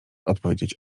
odpowiedzieć